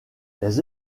les